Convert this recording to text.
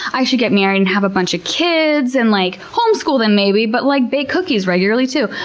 i should get married and have a bunch of kids, and like home school them maybe, but like bake cookies regularly too.